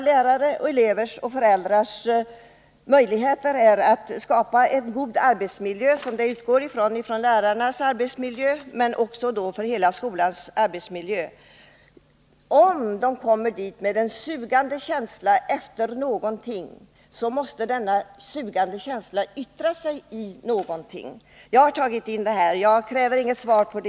Lärare, elever och föräldrar skall ha möjlighet att skapa en bra arbetsmiljö. Den här debatten gäller lärarnas arbetsmiljö, men det är ju fråga om hela arbetsmiljön i skolan. Men om eleverna kommer till skolan hungriga med en sugande känsla efter någonting, så måste denna känsla yttra sig i någonting, kanske i samarbetssvårigheter. Jag har velat framföra dessa synpunkter, och jag kräver inget svar i dag.